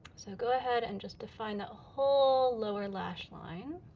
so go ahead and just define that whole lower lash line.